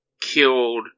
killed